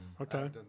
Okay